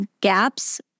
gaps